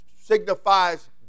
signifies